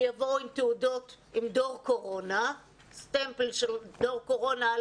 שיבואו עם תעודות בגרות של דור קורונה,